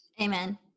Amen